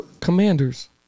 Commanders